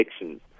elections